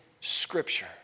Scripture